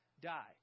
die